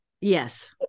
Yes